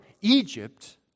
Egypt